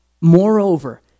Moreover